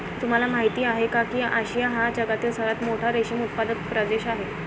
तुम्हाला माहिती आहे का की आशिया हा जगातील सर्वात मोठा रेशीम उत्पादक प्रदेश आहे